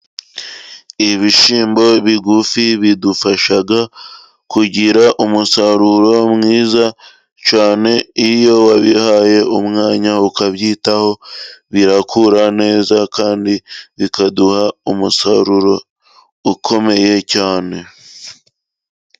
Ibishyimbo bigufi bidufasha kugira umusaruro mwiza cyane, iyo wabihaye umwanya ukabyitaho birakura neza, kandi bikaduha umusaruro ukomeye cyane.